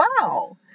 wow